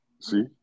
See